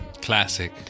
Classic